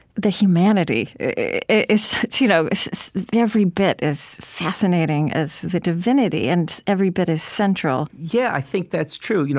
the humanity is such you know every bit as fascinating as the divinity, and every bit as central yeah i think that's true. you know